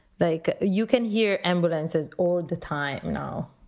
they you can hear ambulances all the time now